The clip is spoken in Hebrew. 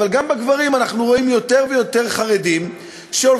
אבל גם בין הגברים אנחנו רואים יותר ויותר חרדים שהולכים